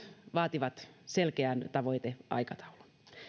vaativat selkeän tavoiteaikataulun